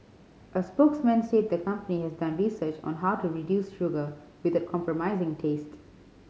a spokesman said the company has done research on how to reduce sugar without compromising taste